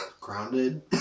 grounded